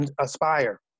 Aspire